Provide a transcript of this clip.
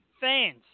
fans